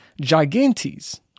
gigantes